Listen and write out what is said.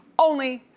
only,